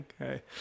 Okay